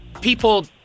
people